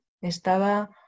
Estaba